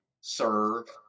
serve